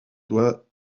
doit